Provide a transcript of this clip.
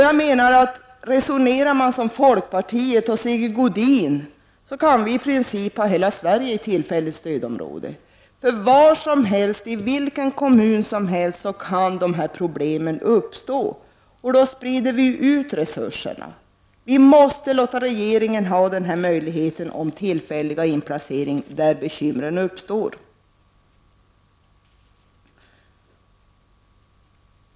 Jag menar att om man resonerar som folkpartiet och Sigge Godin, så kan vi ju i princip ha hela Sverige i tillfälligt stödområde. Dessa problem kan ju faktiskt uppstå var som helst, i vilken kommun som helst, och i sådana fall sprider vi ut resurserna. Vi måste låta regeringen ha den här möjligheten till tillfällig inplacering där bekymmer uppstår.